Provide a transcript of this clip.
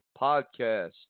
podcast